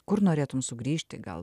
kur norėtum sugrįžti gal